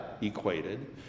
equated